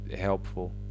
helpful